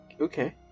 okay